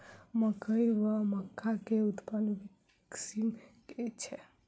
मकई वा मक्का केँ उन्नत किसिम केँ छैय?